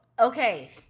okay